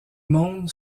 monde